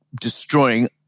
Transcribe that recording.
destroying